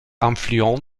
influent